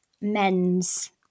men's